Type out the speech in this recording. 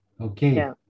okay